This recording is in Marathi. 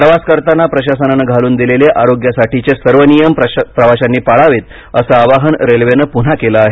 प्रवास करताना प्रशासनानं घालून दिलेले आरोग्यासाठीचे सर्व नियम प्रवाशांनी पाळावे असं आवाहन रेल्वेनं पुन्हा केलं आहे